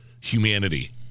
humanity